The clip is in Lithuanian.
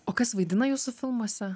o kas vaidina jūsų filmuose